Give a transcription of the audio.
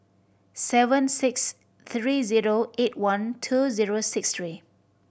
seven six three zero eight one two zero six three